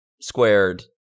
squared